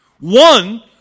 One